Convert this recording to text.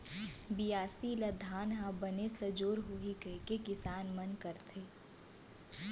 बियासी ल धान ह बने सजोर होही कइके किसान मन करथे